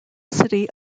city